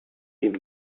ihm